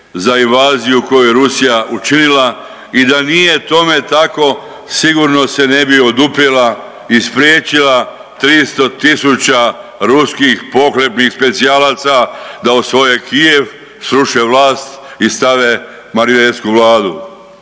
za invaziju koju je Rusija učinila i da nije tome tako sigurno se ne bi oduprijela i spriječila 300.000 ruskih pohlepnih specijalaca da osvoje Kijev, sruše vlast i stave marionetsku vladu.